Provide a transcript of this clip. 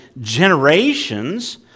generations